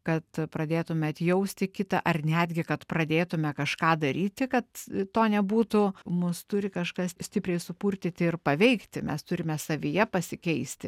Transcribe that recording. kad pradėtume atjausti kitą ar netgi kad pradėtume kažką daryti kad to nebūtų mus turi kažkas stipriai supurtyti ir paveikti mes turime savyje pasikeisti